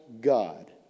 God